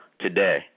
Today